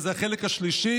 וזה החלק השלישי,